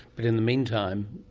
but in the meantime,